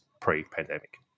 pre-pandemic